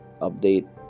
update